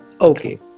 Okay